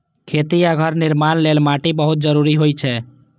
खेती आ घर निर्माण लेल माटि बहुत जरूरी होइ छै